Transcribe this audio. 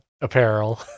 apparel